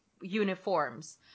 uniforms